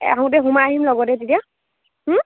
এই আহোঁতে সোমাই আহিম লগতে তেতিয়া